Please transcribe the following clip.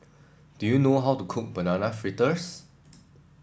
do you know how to cook Banana Fritters